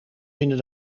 binnen